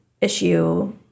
issue